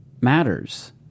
matters